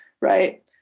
right